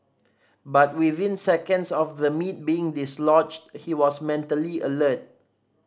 but within seconds of the meat being dislodged he was mentally alert